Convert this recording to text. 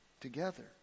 together